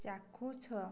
ଚାଖୁଛ